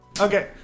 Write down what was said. Okay